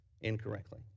incorrectly